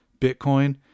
Bitcoin